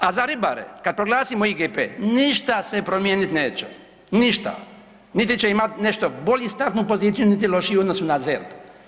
A za ribare, kad proglasimo IGP ništa se promijenit neće, ništa niti će imati nešto bolju startnu poziciju, niti lošiju u odnosu na ZERP.